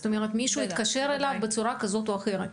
זאת אומרת, מישהו יתקשר אליו בצורה כזאת או אחרת?